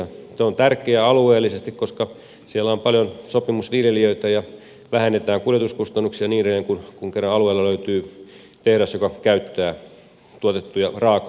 tämä on tärkeää alueellisesti koska siellä on paljon sopimusviljelijöitä ja vähennetään kuljetuskustannuksia ja niin edelleen kun kerran alueelta löytyy tehdas joka käyttää tuotettuja raaka aineita